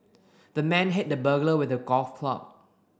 the man hit the burglar with a golf club